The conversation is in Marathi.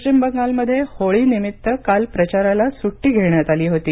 पश्चिम बंगालमध्ये होळीनिमित्त काल प्रचाराला सुट्टी घेण्यात आली होती